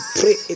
pray